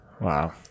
Wow